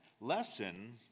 lesson